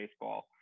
baseball